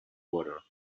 water